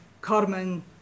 Carmen